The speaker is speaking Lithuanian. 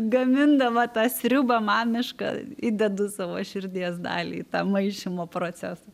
gamindama tą sriubą mamišką įdedu savo širdies dalį į tą maišymo procesą